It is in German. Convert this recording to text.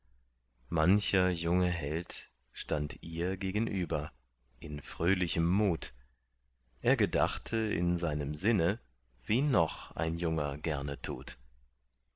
mancher junge held stand ihr gegenüber in fröhlichem mut er gedachte in seinem sinne wie noch ein junger gerne tut